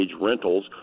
rentals